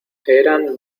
eran